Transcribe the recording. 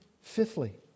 fifthly